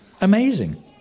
amazing